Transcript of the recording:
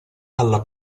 alla